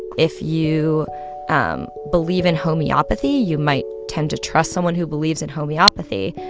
if you um believe in homeopathy, you might tend to trust someone who believes in homeopathy.